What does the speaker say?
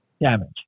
damage